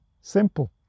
simple